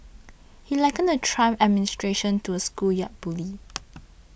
he likened the Trump administration to a schoolyard bully